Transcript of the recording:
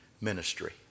Ministry